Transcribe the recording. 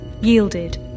yielded